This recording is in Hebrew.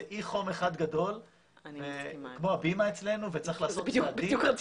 זה אי חום אחד גדול כמו הבימה אצלנו וצריך לעשות צעדים.